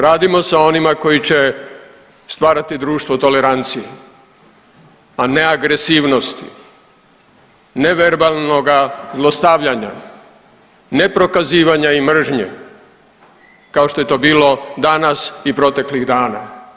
Radimo sa onima koji će stvarati društvo tolerancije, a ne agresivnosti, neverbalnoga zlostavljanja, neprokazivanja i mržnje, kao što je to bilo danas i proteklih dana.